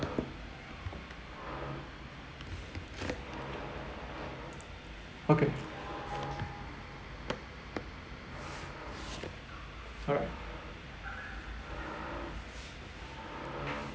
okay alright